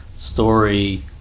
story